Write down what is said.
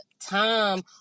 time